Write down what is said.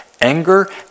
anger